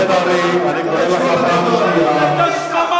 חבר הכנסת בן-ארי, אני קורא לך פעם שנייה.